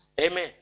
Amen